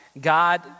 God